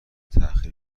تحقیر